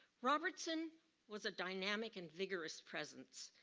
robertson was a dynamic and vigorous presence,